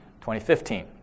2015